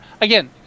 Again